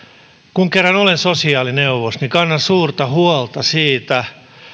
kun kerran olen sosiaalineuvos kannan suurta huolta siitä